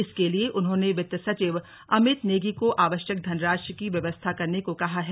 इसके लिये उन्होंने वित्त सचिव अमित नेगी को आवश्यक धनराशि की व्यवस्था करने को कहा है